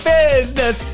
business